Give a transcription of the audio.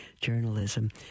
journalism